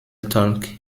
talk